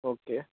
okay